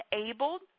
enabled